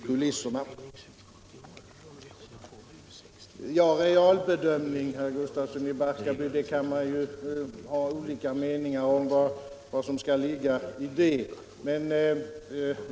Vad beträffar realbedömning, herr Gustafsson i Barkarby, kan man ju ha olika meningar om vad som skall ligga i det begreppet.